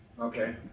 Okay